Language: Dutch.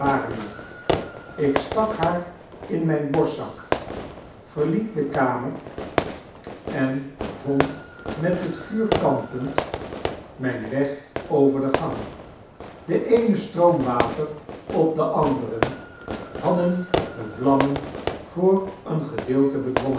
ik stak haar in myn borstzak verliet de kamer en vond met het vuur kampend myn weg over de gang de eene stroom water op den anderen hadden de vlammen voor een gedeelte